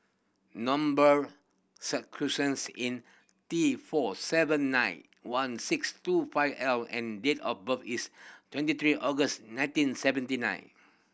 number in T four seven nine one six two five L and date of birth is twenty three August nineteen seventy nine